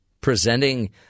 presenting